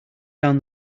down